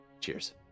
cheers